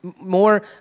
more